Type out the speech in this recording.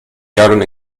garden